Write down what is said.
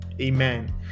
Amen